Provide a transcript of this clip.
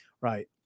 Right